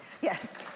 Yes